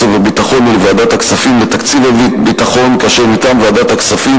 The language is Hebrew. והביטחון ולוועדת הכספים לתקציב הביטחון: מטעם ועדת הכספים,